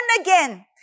again